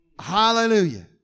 Hallelujah